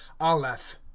Aleph